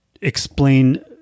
explain